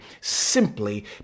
simply